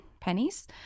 Pennies